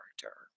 character